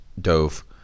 dove